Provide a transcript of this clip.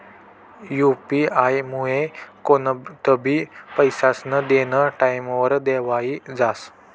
UP आयमुये कोणतंबी पैसास्नं देनं टाईमवर देवाई जास